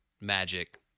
magic